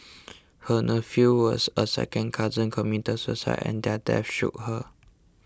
her nephew was a second cousin committed suicide and their deaths shook her